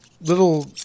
little